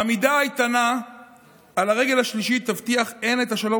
העמידה האיתנה על הרגל השלישית תבטיח הן את השלום